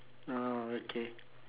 oh okay